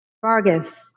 Vargas